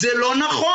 זה לא נכון.